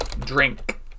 drink